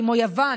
יוון,